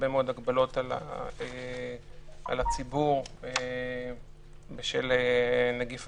מהר מאוד המדינה הבינה שהשירותים החשובים ביותר ניתנים